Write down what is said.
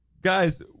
guys